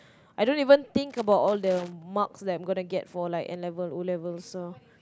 I don't even think about all the marks that I'm gonna get for like N-level and O-level so